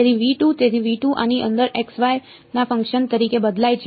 તેથી આની અંદર x y ના ફંકશન તરીકે બદલાય છે